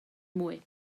mwy